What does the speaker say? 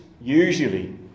usually